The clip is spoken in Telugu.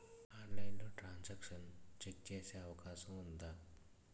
ఆన్లైన్లో ట్రాన్ సాంక్షన్ చెక్ చేసే అవకాశం ఉందా?